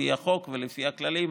לפי החוק ולפי הכללים,